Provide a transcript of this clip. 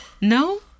No